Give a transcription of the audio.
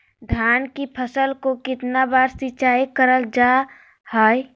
धान की फ़सल को कितना बार सिंचाई करल जा हाय?